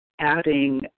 adding